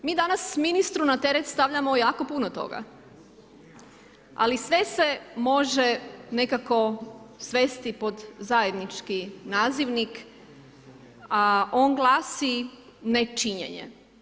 Mi danas ministru na teret stavljamo jako puno toga ali sve se može nekako svesti pod zajednički nazivnik a on glasi nečinjenje.